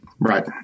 Right